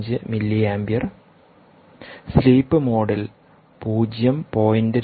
5 mA sleep മോഡിൽ 0